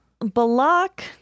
Balak